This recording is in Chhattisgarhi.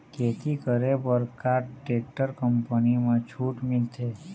खेती करे बर का टेक्टर कंपनी म छूट मिलथे?